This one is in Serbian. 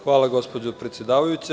Hvala gospođo predsedavajuća.